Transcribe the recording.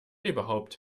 überhaupt